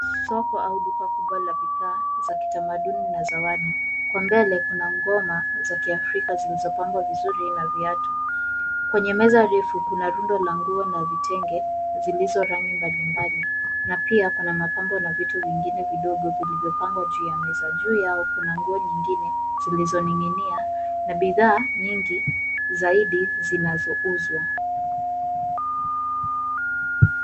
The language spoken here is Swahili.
Soko au duka kubwa la bidhaa za kitamaduni na zawadi. Kwa mbele kuna ngoma za Kiafrika zilizopambwa vizuri na viatu. Kwenye meza ndefu kuna rundo la nguo na vitenge zilizo rangi mbalimbali na pia kuna mapambo na vitu vingine vidogo vilivyopangwa juu ya meza. Juu yao kuna nguo nyingine zilizoninginia na bidhaa nyingi zaidi zinazouzwa.